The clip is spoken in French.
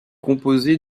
composé